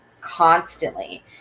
constantly